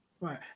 Right